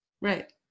right